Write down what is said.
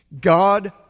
God